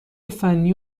فنی